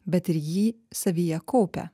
bet ir jį savyje kaupia